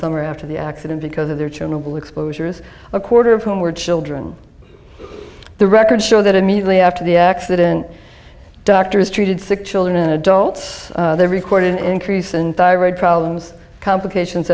summer after the accident because of their children bill exposures a quarter of whom were children the records show that immediately after the accident doctors treated sick children and adults there recorded an increase in thyroid problems complications